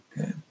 Okay